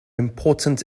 important